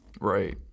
Right